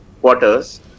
quarters